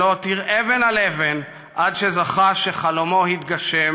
שלא הותיר אבן על אבן עד שזכה שחלומו התגשם